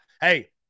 hey